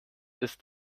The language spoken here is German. ist